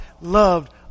loved